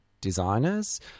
designers